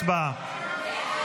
הצבעה.